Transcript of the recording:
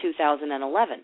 2011